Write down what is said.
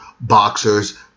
boxers